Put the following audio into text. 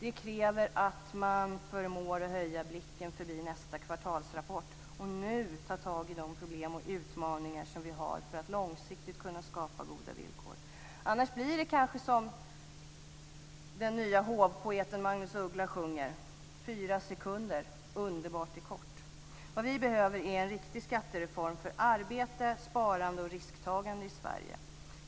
Det kräver att man förmår höja blicken bortom nästa kvartalsrapport och nu ta tag i de problem och utmaningar vi har för att långsiktigt kunna skapa goda villkor. Annars blir det kanske som den nye hovpoeten Magnus Uggla sjunger: "Fyra sekunder, underbart är kort". Vad vi behöver är en riktig skattereform för arbete, sparande och risktagande i Sverige.